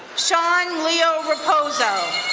sean leo reposo,